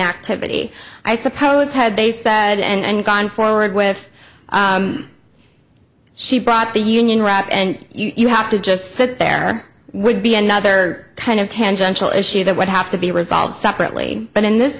activity i suppose had they said and gone forward with she brought the union route and you have to just sit there would be another kind of tangential issue that would have to be resolved separately but in this